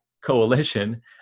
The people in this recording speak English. coalition